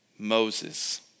Moses